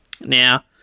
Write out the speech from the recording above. Now